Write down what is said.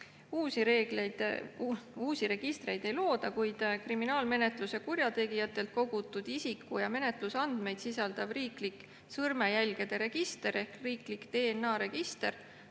vastamine. Uusi registreid ei looda, kuid kriminaalmenetluses kurjategijatelt kogutud isiku- ja menetlusandmeid sisaldav riiklik sõrmejälgede register ja riiklik DNA-register